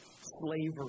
Slavery